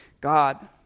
God